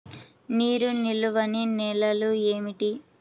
నీరు నిలువని నేలలు ఏమిటి?